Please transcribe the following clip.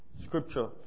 scripture